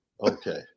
Okay